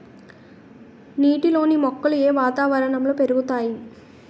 నీటిలోని మొక్కలు ఏ వాతావరణంలో పెరుగుతాయి?